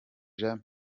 jean